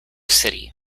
city